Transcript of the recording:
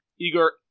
Igor